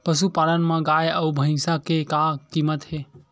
पशुपालन मा गाय अउ भंइसा के का कीमत हे?